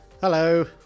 Hello